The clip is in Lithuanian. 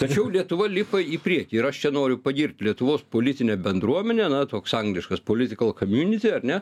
tačiau lietuva lipa į priekį ir aš čia noriu pagirt lietuvos politinę bendruomenę na toks angliškas politikal kamiūnity ar ne